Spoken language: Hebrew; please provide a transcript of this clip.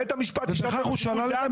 בית המשפט יש לו שיקול דעת,